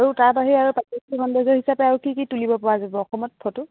আৰু তাৰ বাহিৰে আৰু হিচাপে আৰু কি কি তুলিব পৰা যাব অসমত ফটো